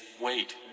wait